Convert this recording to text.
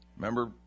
Remember